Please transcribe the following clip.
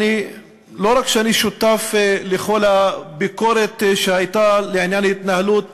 לא רק שאני שותף לכל הביקורת שהייתה לעניין התנהלות